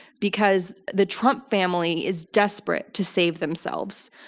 because the trump family is desperate to save themselves,